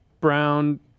brown